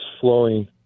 flowing